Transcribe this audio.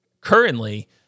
currently